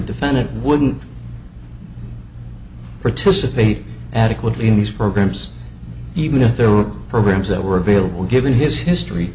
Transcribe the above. defendant wouldn't participate adequately in these programs even if there were programs that were available given his history